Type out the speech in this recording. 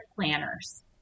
planners